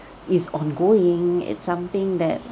is ongoing it's something that